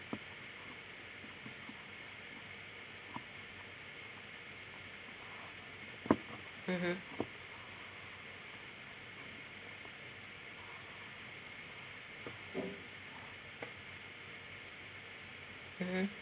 mmhmm mmhmm